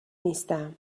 نیستم